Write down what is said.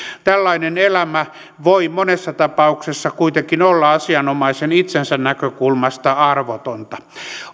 tällainen elämä voi monessa tapauksessa kuitenkin olla asianomaisen itsensä näkökulmasta arvotonta